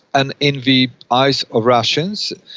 and in the eyes of russians,